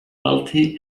healthy